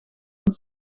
een